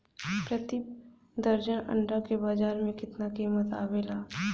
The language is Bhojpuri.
प्रति दर्जन अंडा के बाजार मे कितना कीमत आवेला?